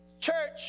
church